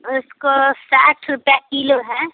उसको साठ रुपये किलो है